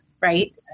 Right